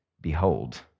behold